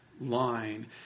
line